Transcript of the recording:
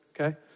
okay